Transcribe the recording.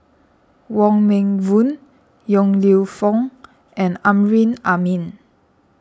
Wong Meng Voon Yong Lew Foong and Amrin Amin